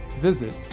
visit